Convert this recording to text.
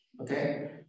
okay